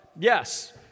Yes